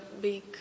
big